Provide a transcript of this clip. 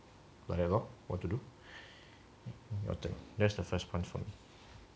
like that lor what to do that's the first points from